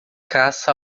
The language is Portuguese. caça